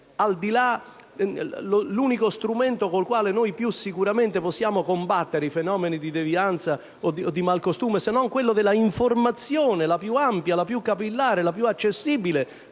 qual è l'unico strumento col quale noi più sicuramente possiamo combattere i fenomeni di devianza o di malcostume se non quello dell'informazione la più ampia, la più capillare, la più accessibile